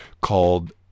called